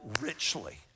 richly